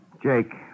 Jake